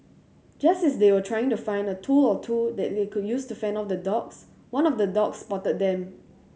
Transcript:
just as they were trying to find a tool or two that they could use to fend off the dogs one of the dogs spotted them